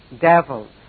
devils